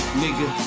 nigga